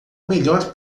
melhor